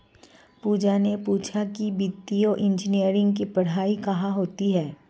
पूजा ने पूछा कि वित्तीय इंजीनियरिंग की पढ़ाई कहाँ होती है?